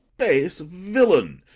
base villain,